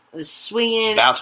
swinging